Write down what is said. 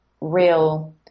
real